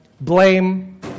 Blame